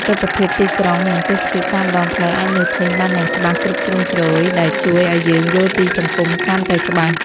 ទិដ្ឋភាពទីក្រុងនិងទេសភាពតាមដងផ្លូវអាចមើលឃើញបានយ៉ាងច្បាស់គ្រប់ជ្រុងជ្រោយដែលជួយឱ្យយើងយល់ពីសង្គមកាន់តែច្បាស់។